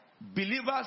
believers